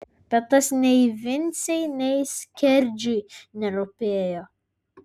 bet tas nei vincei nei skerdžiui nerūpėjo